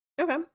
Okay